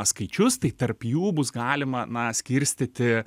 skaičius tai tarp jų bus galima na skirstyti